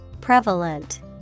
Prevalent